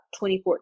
2014